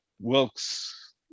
Wilkes